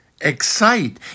excite